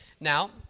Now